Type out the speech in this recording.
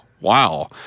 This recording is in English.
Wow